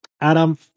Adam